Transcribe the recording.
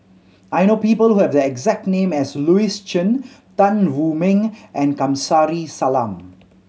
I know people who have the exact name as Louis Chen Tan Wu Meng and Kamsari Salam